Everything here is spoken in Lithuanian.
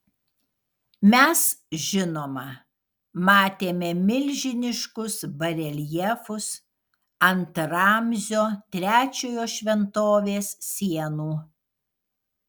mes žinoma matėme milžiniškus bareljefus ant ramzio trečiojo šventovės sienų